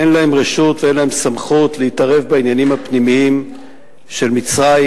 אין להן רשות ואין להן סמכות להתערב בעניינים הפנימיים של מצרים.